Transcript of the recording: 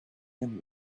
and